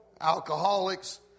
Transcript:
Alcoholics